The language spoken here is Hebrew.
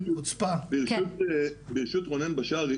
ברשות רונן בשארי,